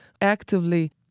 actively